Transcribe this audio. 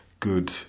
good